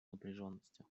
напряженности